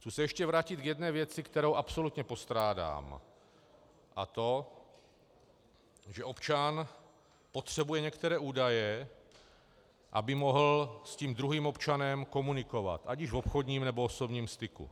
Chci se ještě vrátit k jedné věci, kterou absolutně postrádám, a to že občan potřebuje některé údaje, aby mohl s tím druhým občanem komunikovat ať již v obchodním, nebo osobním styku.